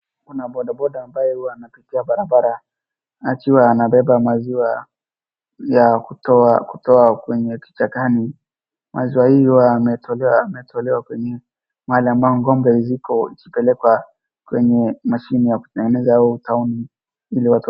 Kuna bodaboda ambaye huwa anapitia barabara akiwa anabeba maziwa ya kutoa kwenye kichakani. Maziwa hii huwa ametolewa kwenye mahali ambao ng'ombe ziko ikipeleka kwenye mashini ya kutengeneza au town ili watu.